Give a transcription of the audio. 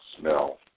smell